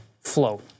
flow